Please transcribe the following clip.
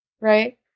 right